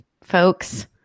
folks